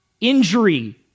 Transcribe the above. injury